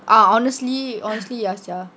uh honestly honestly ya sia